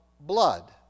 blood